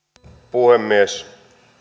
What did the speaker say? puhemies nyt on